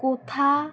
কোথা